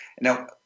Now